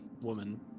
woman